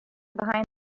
behind